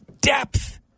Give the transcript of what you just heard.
depth